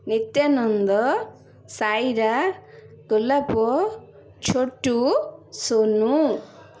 Nityananda Saira Golap Chhotu Sonu